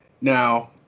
Now